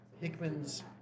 Hickman's